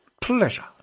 pleasure